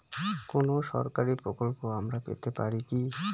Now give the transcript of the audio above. কোন সরকারি প্রকল্প আমরা পেতে পারি কি?